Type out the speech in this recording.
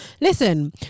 Listen